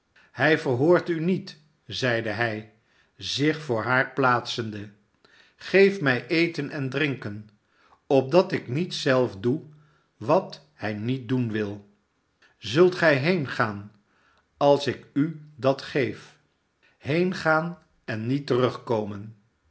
hij verhoort u niet zeide hij zich voor haar plaatsende geef mij eten en drinken opdat ik niet zelf doe wat hij niet doen wil zult gij heengaan als ik u dat geef heengaan en niet terugkomen